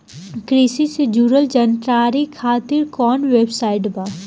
कृषि से जुड़ल जानकारी खातिर कोवन वेबसाइट बा?